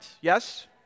Yes